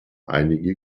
einige